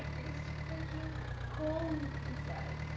it's freaking cold inside!